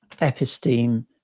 episteme